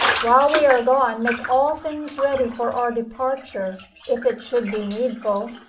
while we are gone, make all things ready for our departure, if it should be needful.